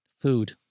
food